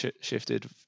shifted